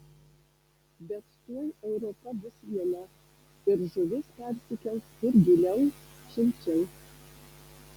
bet tuoj europa bus viena ir žuvis persikels kur giliau šilčiau